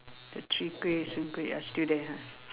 the chwee-kueh soon-kueh ah still there ah